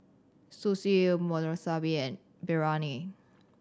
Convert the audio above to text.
Sushi Monsunabe and Biryani